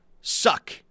suck